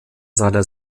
seiner